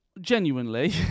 Genuinely